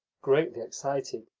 greatly excited,